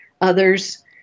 others